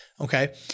Okay